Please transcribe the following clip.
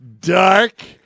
dark